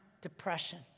depression